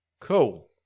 Cool